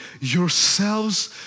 yourselves